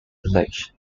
election